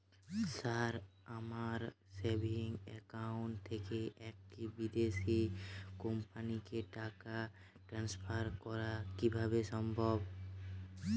Sir আমার savings account থেকে একটি বিদেশি কোম্পানিকে টাকা ট্রান্সফার করা কীভাবে সম্ভব?